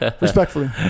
respectfully